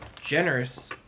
generous